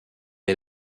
est